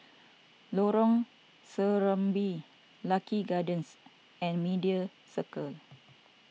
Lorong Serambi Lucky Gardens and Media Circle